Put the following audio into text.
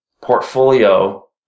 portfolio